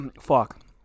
Fuck